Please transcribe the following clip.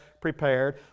prepared